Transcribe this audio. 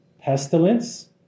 pestilence